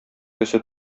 төсе